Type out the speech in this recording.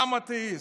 גם הוא אתאיסט,